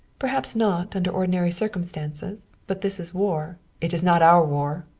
perhaps not, under ordinary circumstances. but this is war. it is not our war.